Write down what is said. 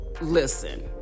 listen